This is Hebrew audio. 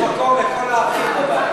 יש מקום לכל האחים בבית.